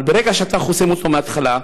אבל ברגע שאתה חוסם אותו מההתחלה,